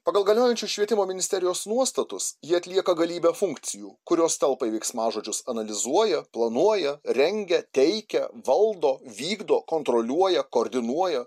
pagal galiojančius švietimo ministerijos nuostatus jie atlieka galybę funkcijų kurios telpa į veiksmažodžius analizuoja planuoja rengia teikia valdo vykdo kontroliuoja koordinuoja